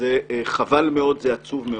וזה חבל מאוד, זה עצוב מאוד.